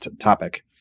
topic